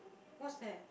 what's that